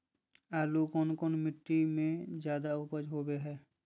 आलू कौन मिट्टी में जादा ऊपज होबो हाय?